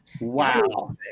wow